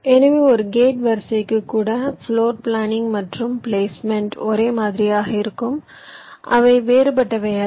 எனவே ஒரு கேட் வரிசைக்கு கூட பிளோர் பிளானிங் மற்றும் பிளேஸ்மெண்ட் ஒரே மாதிரியாக இருக்கும் அவை வேறுபட்டவை அல்ல